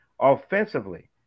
offensively